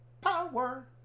Power